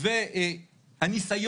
זה בסדר?